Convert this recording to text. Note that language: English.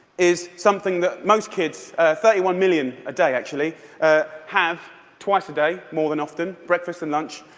is something that most kids thirty one million a day, actually ah have twice a day, more than often, breakfast and lunch,